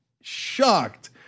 shocked